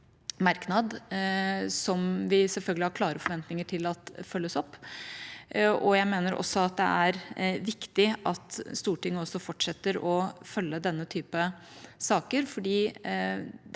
som vi selvfølgelig har klare forventninger til at følges opp, og jeg mener også det er viktig at Stortinget fortsetter å følge denne typen saker, for det er en